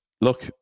look